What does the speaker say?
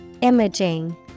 Imaging